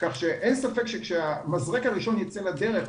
כך שאין ספק שכאשר המזרק הראשון יצא לדרך,